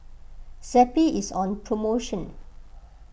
Zappy is on promotion